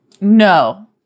no